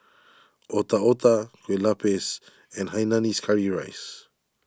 Otak Otak Kue Lupis and Hainanese Curry Rice